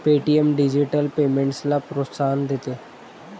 Paytm digital पेमेंट्सला प्रोत्साहन देते